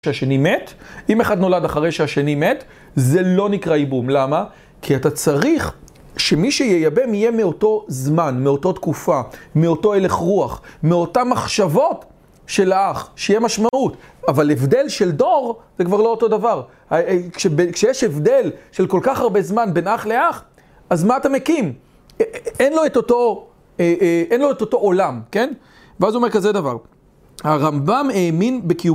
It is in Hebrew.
שהשני מת, אם אחד נולד אחרי שהשני מת, זה לא נקרא איבום. למה? כי אתה צריך שמי שייאבם יהיה מאותו זמן, מאותה תקופה, מאותו הלך רוח, מאותן מחשבות של האח, שיהיה משמעות. אבל הבדל של דור זה כבר לא אותו דבר. כשיש הבדל של כל כך הרבה זמן בין אח לאח, אז מה אתה מקים? אין לו את אותו, אין לו את אותו עולם, כן? ואז הוא אומר כזה דבר. הרמב"ם האמין בקיום